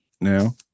now